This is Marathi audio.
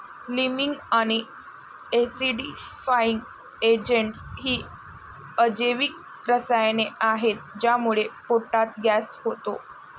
लीमिंग आणि ऍसिडिफायिंग एजेंटस ही अजैविक रसायने आहेत ज्यामुळे पोटात गॅस होतो